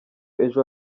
ejo